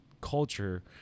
culture